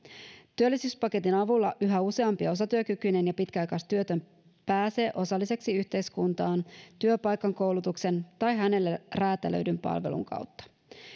työllisyyspaketin avulla yhä useampi osatyökykyinen ja pitkäaikaistyötön pääsee osalliseksi yhteiskuntaan työpaikan koulutuksen tai hänelle räätälöidyn palvelun kautta